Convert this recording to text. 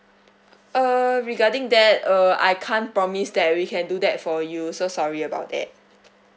err regarding that uh I can't promise that we can do that for you so sorry about that